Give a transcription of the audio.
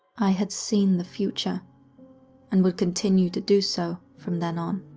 i had seen the future and would continue to do so from then on.